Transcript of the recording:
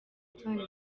bijyanye